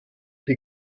die